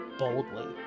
boldly